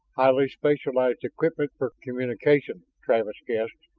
highly specialized equipment for communication, travis guessed.